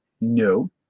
no